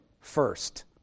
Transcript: first